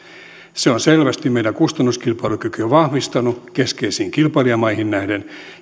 se on selvästi meidän kustannuskilpailukykyä vahvistanut keskeisiin kilpailijamaihin nähden